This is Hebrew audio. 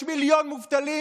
יש מיליון מובטלים,